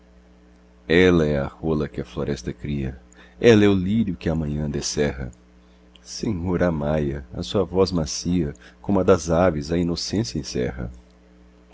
ela é a rola que a floresta cria ela é o lírio que a manhã descerra senhor amai a a sua voz macia como a das aves a inocência encerra